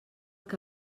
que